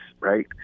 right